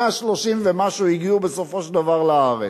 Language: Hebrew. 130 ומשהו הגיעו בסופו של דבר לארץ.